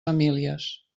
famílies